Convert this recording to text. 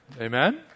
Amen